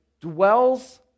dwells